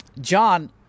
john